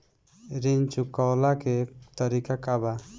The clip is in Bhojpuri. ऋण चुकव्ला के तरीका का बा?